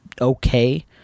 okay